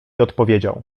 odpowiedział